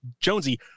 Jonesy